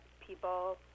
people